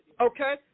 okay